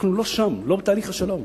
אנחנו לא שם, לא בתהליך השלום.